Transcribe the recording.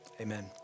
amen